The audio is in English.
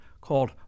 called